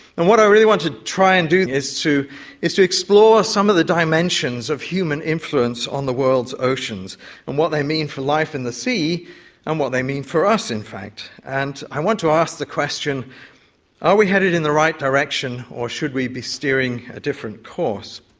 and what i really want to try and do is to is to explore some of the dimensions of human influence on the world's oceans and what they mean for life in the sea and what they mean for us in fact. and i want to ask the question are we headed in the right direction or should we be steering a different course?